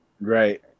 Right